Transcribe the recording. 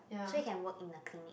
so you can work in a clinic